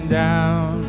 down